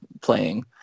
playing